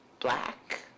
black